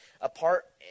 apart